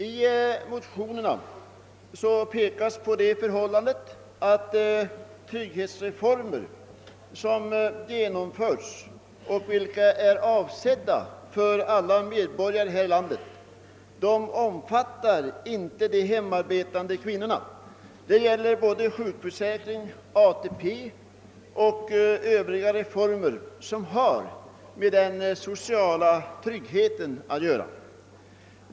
I motionerna pekas på det förhållandet att trygghetsreformer som genomförts och som är avsedda för alla medborgare här i landet inte omfattar de hemarbetande kvinnorna. Detta gäller såväl sjukförsäkringen som ATP och övriga reformer som har med den sociala tryggheten att göra.